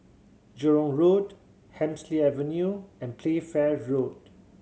Jurong Road Hemsley Avenue and Playfair Road